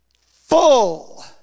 full